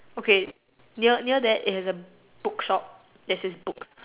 okay near near that is a bookshop that says book